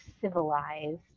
civilized